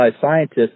scientists